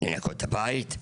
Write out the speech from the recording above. ולנקות את הבית.